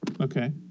okay